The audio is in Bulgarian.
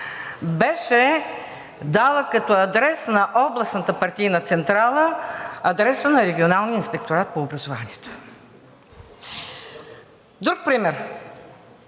беше дала като адрес на областната партийна централа адреса на регионалния инспекторат по образованието. Друг пример: